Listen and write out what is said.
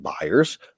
buyers